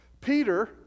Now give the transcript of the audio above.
Peter